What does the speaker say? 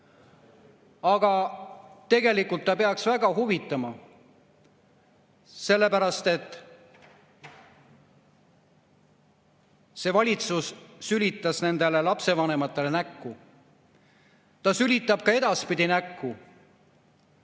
Aga tegelikult teda peaks väga huvitama, sellepärast et see valitsus sülitas nendele lapsevanematele näkku. Sülitab ka edaspidi näkku.